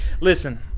Listen